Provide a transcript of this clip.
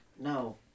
no